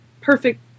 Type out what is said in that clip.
perfect